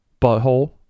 Butthole